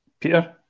Peter